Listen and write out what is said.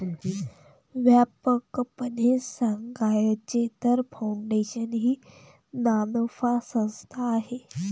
व्यापकपणे सांगायचे तर, फाउंडेशन ही नानफा संस्था आहे